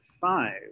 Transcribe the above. five